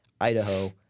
Idaho